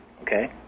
okay